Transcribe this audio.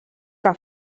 que